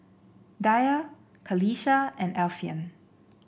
Dhia Qalisha and Alfian